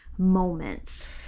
Moments